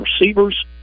receivers